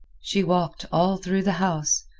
she walked all through the house,